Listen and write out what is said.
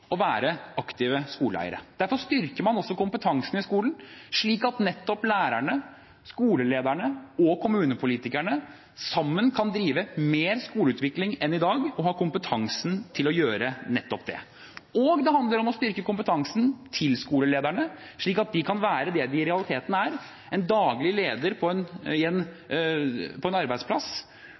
å være aktive skoleeiere. Derfor styrker man også kompetansen i skolen, slik at nettopp lærerne, skolelederne og kommunepolitikerne sammen kan drive mer skoleutvikling enn i dag og ha kompetansen til å gjøre nettopp det. Det handler også om å styrke kompetansen til skolelederne, slik at de kan være det de i realiteten er: en daglig leder på en arbeidsplass hvor man ikke bare skal produsere verdier, som i